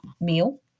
meal